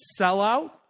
sellout